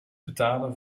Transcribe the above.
betalen